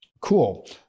cool